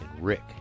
Rick